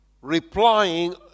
replying